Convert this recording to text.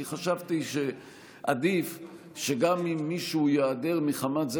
כי חשבתי שעדיף שגם אם מישהו ייעדר מחמת זה